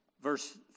verse